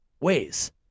ways